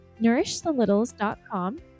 nourishthelittles.com